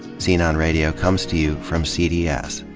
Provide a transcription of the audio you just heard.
scene on radio comes to you from cds,